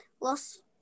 lost